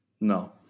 no